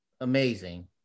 amazing